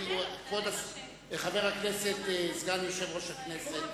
חבר הכנסת, סגן יושב-ראש הכנסת,